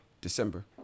December